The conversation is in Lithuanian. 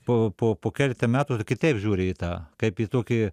po po po kiek tai metų kitaip žiūri į tą kaip į tokį